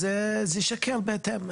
אז זה יישקל בהתאם.